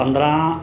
पंद्रहं